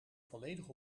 volledig